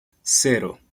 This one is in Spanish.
cero